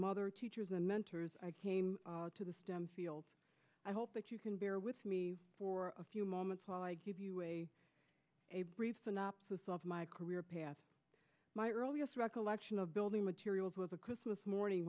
mother teachers and mentors i came to the stem fields i hope that you can bear with me for a few moments while i give you a brief synopsis of my career path my earliest recollection of building materials was a christmas morning